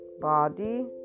body